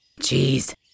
Jeez